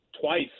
twice